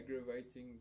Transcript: aggravating